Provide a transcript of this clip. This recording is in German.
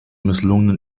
misslungenen